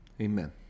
Amen